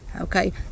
okay